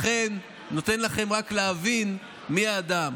זה נותן לכם להבין מי האדם.